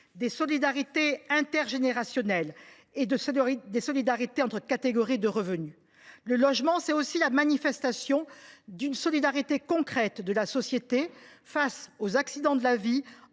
des solidarités intergénérationnelles et des solidarités entre catégories de revenus. Le logement, c’est aussi la manifestation d’une solidarité concrète de la société face aux accidents de la vie